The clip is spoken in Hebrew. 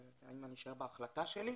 האם אני אשאר בהחלטה שלי.